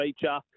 feature